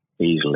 easily